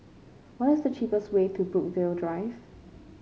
what is the cheapest way to Brookvale Drive